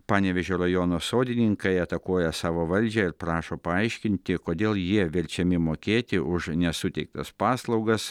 panevėžio rajono sodininkai atakuoja savo valdžią ir prašo paaiškinti kodėl jie verčiami mokėti už nesuteiktas paslaugas